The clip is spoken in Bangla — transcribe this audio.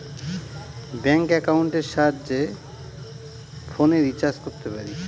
ব্যাঙ্ক একাউন্টের সাহায্যে ফোনের রিচার্জ করতে পারি